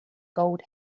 gold